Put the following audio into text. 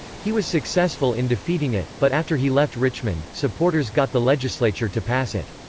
he was successful in defeating it, but after he left richmond, supporters got the legislature to pass it.